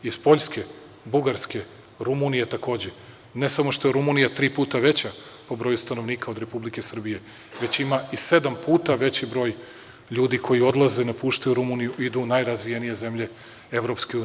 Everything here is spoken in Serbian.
Iz Poljske, Bugarske, Rumunije, takođe, ne samo što je Rumunija tri puta veća po broju stanovnika od Republike Srbije, već ima i sedam puta veći broj ljudi koji odlaze, napuštaju Rumuniju, idu u najrazvijenije zemlje EU.